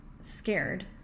scared